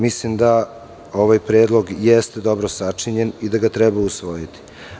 Mislim da ovaj predlog jeste dobro sačinjen i da ga treba usvojiti.